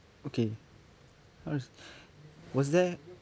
okay honest was there